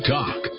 Talk